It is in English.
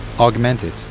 Augmented